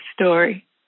story